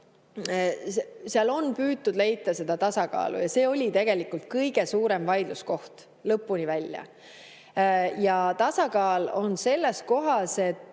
seal on püütud leida tasakaal. See oli tegelikult kõige suurem vaidluskoht lõpuni välja. Ja tasakaal on selles kohas, et